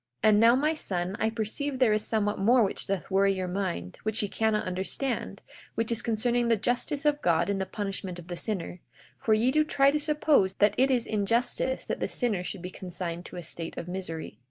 and now, my son, i perceive there is somewhat more which doth worry your mind, which ye cannot understand which is concerning the justice of god in the punishment of the sinner for ye do try to suppose that it is injustice that the sinner should be consigned to a state of misery.